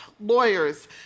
lawyers